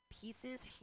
pieces